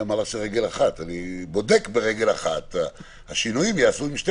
גם ב-10 ימים יכולות להיות שתי